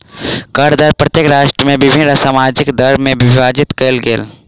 कर दर प्रत्येक राष्ट्र में विभिन्न सामाजिक दर में विभाजित कयल गेल अछि